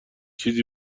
چیزی